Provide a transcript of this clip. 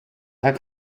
are